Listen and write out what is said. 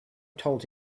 told